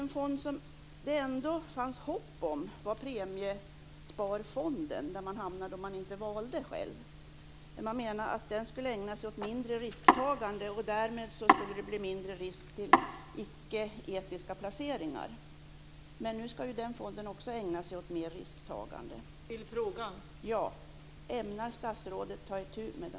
Den fond som det ändå fanns hopp om var premiesparfonden där man hamnade om man inte valde själv. Man menar att den skulle ägna sig åt mindre risktagande och att det därmed skulle bli mindre risk för icke etiska placeringar. Nu ska ju den fonden också ägna sig åt mer risktagande.